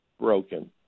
broken